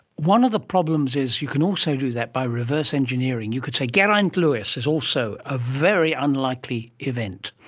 one of the problems is you can also do that by reverse engineering, you could say geraint and lewis is also a very unlikely event.